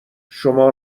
شما